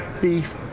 beef